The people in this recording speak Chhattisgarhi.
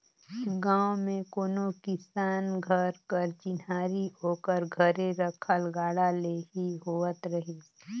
गाँव मे कोनो किसान घर कर चिन्हारी ओकर घरे रखल गाड़ा ले ही होवत रहिस